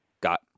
got